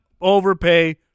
overpay